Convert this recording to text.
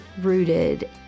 rooted